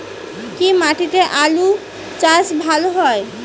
কি মাটিতে আলু চাষ ভালো হয়?